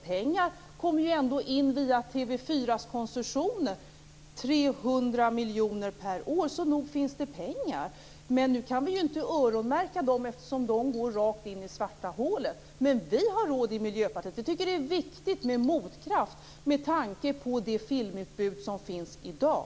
Pengar kommer ju ändå in via TV 4:s koncessioner. Det är 300 miljoner per år. Så nog finns det pengar. Nu kan vi ju inte öronmärka dem eftersom de går rakt in i det svarta hålet. Men vi har råd i Miljöpartiet. Vi tycker det är viktigt med en motkraft med tanke på det filmutbud som finns i dag.